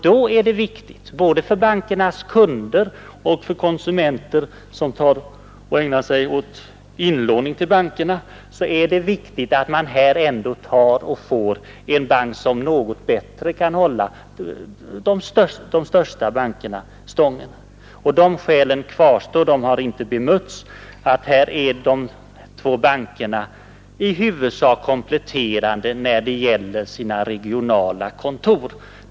Då är det viktigt, både för bankernas kunder och för konsumenter som ägnar sig åt inlåning till bankerna, att man här får en bank som något bättre kan hålla de största bankerna stången. De skälen kvarstår. De har inte bemötts. Här kompletterar de två bankerna i huvudsak varandra med sina regionala kontor.